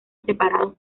separados